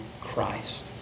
Christ